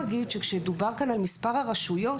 דובר כאן על מספר הרשויות.